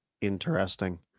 interesting